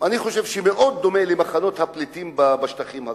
מאוד דומה למחנות הפליטים בשטחים הכבושים.